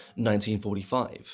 1945